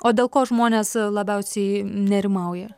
o dėl ko žmonės labiausiai nerimauja